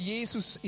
Jesus